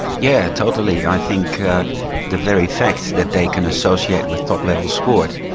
yeah totally. i think the very fact that they can associate with top level sport,